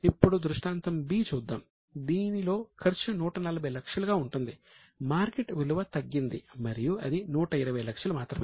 ఇప్పుడు దృష్టాంతం B చూద్దాం దీనిలో ఖర్చు 140 లక్షలుగా ఉంటుంది మార్కెట్ విలువ తగ్గింది మరియు అది 120 లక్షలు మాత్రమే